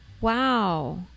wow